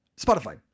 Spotify